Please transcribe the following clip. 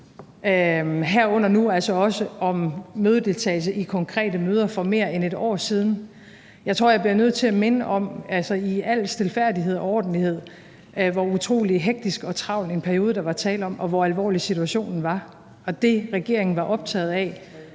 herunder nu også om mødedeltagelse i konkrete møder for mere end et år siden. Jeg tror, jeg bliver nødt til at minde om i al stilfærdighed og ordentlighed, hvor utrolig hektisk og travl en periode der var tale om, og hvor alvorlig situationen var. Og det, regeringen var optaget af,